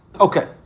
Okay